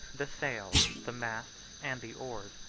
the sails, the masts, and the oars,